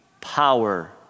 power